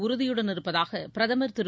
உறுதியுடன் இருப்பதாக பிரதமர் திரு